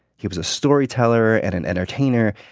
he was a storyteller and and entertainer,